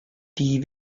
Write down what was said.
die